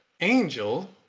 angel